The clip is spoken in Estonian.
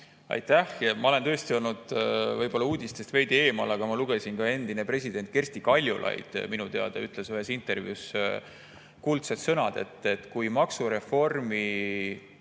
Aitäh! Jaa, ma olen tõesti olnud uudistest veidi eemal, aga ka endine president Kersti Kaljulaid minu teada ütles ühes intervjuus kuldsed sõnad, et kui maksureformi